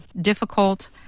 difficult